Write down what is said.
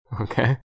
Okay